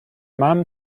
mom